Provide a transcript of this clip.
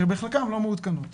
שבחלקן הן לא מעודכנות.